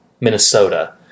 Minnesota